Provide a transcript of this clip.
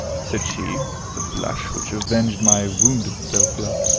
said she, with a blush which avenged my wounded self-love.